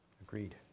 Agreed